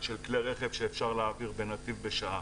של כלי רכב שאפשר להעביר בנתיב בשעה.